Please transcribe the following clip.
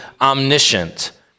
omniscient